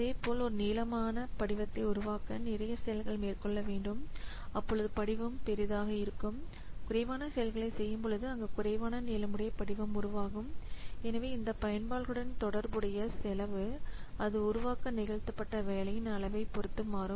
அதேபோல் ஒரு நீளமான படிவத்தை உருவாக்க நிறைய செயல்கள் மேற்கொள்ளவேண்டும் அப்பொழுது படிவமும் பெரியதாக இருக்கும் குறைவான செயல்களை செய்யும் பொழுது அங்கு குறைவான நீளமுடைய படிவம் உருவாகும் இந்த பயன்பாடுகளுடன் தொடர்புடைய செலவு அது உருவாக்க நிகழ்த்தப்பட்ட வேலையின் அளவை பொருத்து மாறும்